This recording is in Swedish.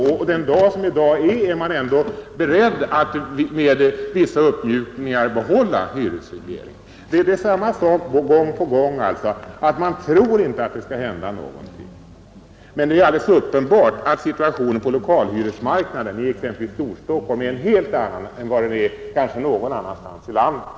Och den dag som i dag är är man beredd att med vissa uppmjukningar behålla hyresregleringen. Man tror alltså inte att det skall hända någonting med lokalerna. Det är alldeles uppenbart att situationen på lokalhyresmarknaden exempelvis i Storstockholm är helt annorlunda än den är i de flesta andra delar av landet.